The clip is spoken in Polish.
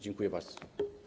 Dziękuję bardzo.